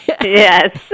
Yes